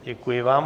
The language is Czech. Děkuji vám.